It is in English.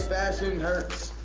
fashion hurts.